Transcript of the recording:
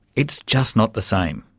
it's just not the same.